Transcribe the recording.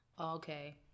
okay